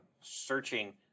searching